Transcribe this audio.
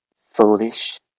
foolish